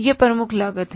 यह प्रमुख लागत है